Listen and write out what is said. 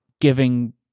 giving